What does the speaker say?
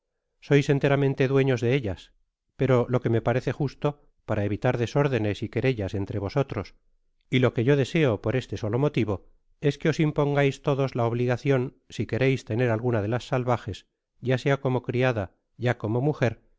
sois enteramente dueños de ellas pero lo que me parece justo para evitar desórdenes y querellas entre vosotros y lo que yo deseo por este solo motivo es que os impongais todos la obligacion si queréis tener alguna de las salvajes ya sea como criada ya cono mujer